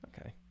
Okay